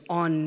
on